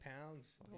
pounds